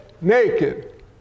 naked